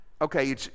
Okay